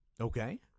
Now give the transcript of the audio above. Okay